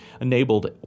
enabled